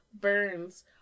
burns